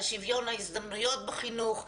על שוויון ההזדמנויות בחינוך,